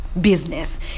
business